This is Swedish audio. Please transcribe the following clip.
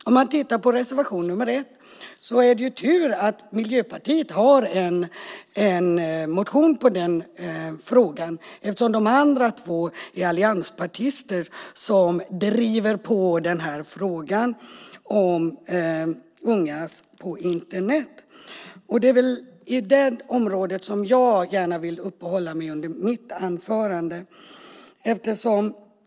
Tittar man på reservation nr 1 är det tur att Miljöpartiet har en motion i den frågan eftersom de andra två som driver frågan om unga och Internet är allianspartister. Det är på detta område som jag ska uppehålla mig i mitt anförande.